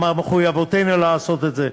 כי מחובתנו לעשות את זה.